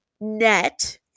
net